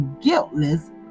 guiltless